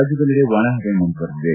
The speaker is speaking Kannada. ರಾಜ್ಯದೆಲ್ಲೆಡೆ ಒಣ ಪವೆ ಮುಂದುವರಿದಿದೆ